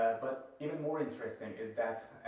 but even more interesting is that,